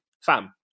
Fam